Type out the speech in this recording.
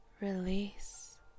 Release